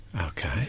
Okay